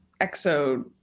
exo